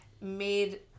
made